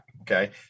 Okay